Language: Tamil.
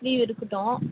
ஸ்லீவ் இருக்கட்டும்